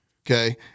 Okay